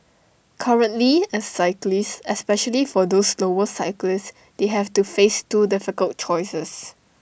currently as cyclists especially for those slower cyclists they have to face two difficult choices